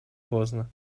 поздно